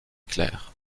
claire